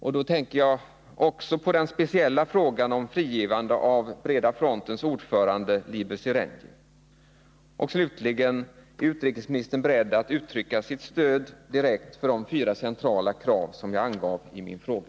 Jag tänker också på den speciella frågan om frigivande av Breda frontens ordförande Liber Seregni. Slutligen: Är utrikesministern beredd att uttrycka sitt stöd för de fyra centrala krav som jag angav i min fråga?